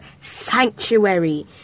sanctuary